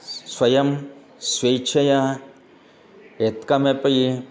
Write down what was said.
स्वयं स्वेच्छया यत्किमपि